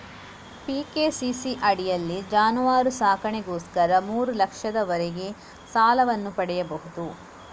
PKCC ಅಡಿಯಲ್ಲಿ ಜಾನುವಾರು ಸಾಕಣೆಗೋಸ್ಕರ ಮೂರು ಲಕ್ಷದವರೆಗೆ ಸಾಲವನ್ನು ಪಡೆಯಬಹುದು